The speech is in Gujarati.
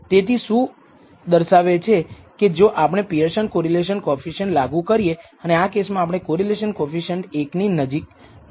તેથી આ શું દર્શાવે છે કે જો આપણે પિઅરસન કોરિલેશન કોએફિસિએંટ લાગુ કરીએ અને આ કેસમાં આપણે કોરિલેશન કોએફિસિએંટ એક ની નજીક મેળવવીએ